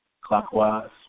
clockwise